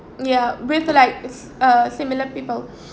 ya with like s~ uh similar people